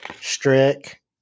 strick